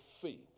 faith